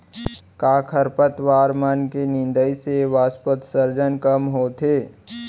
का खरपतवार मन के निंदाई से वाष्पोत्सर्जन कम होथे?